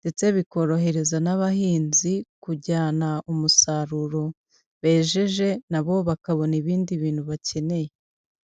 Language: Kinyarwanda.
ndetse bikorohereza n'abahinzi kujyana umusaruro bejeje na bo bakabona ibindi bintu bakeneye.